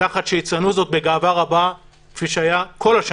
תחת שיציינו זאת בגאווה רבה כפי שהיה כל השנים.